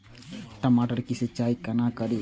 टमाटर की सीचाई केना करी?